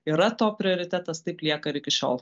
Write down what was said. yra to prioritetas taip lieka ir iki šiol